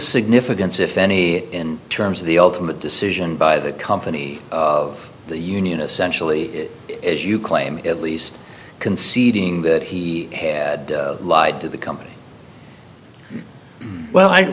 significance if any in terms of the ultimate decision by the company of the union essentially as you claim at least conceding that he had lied to the company well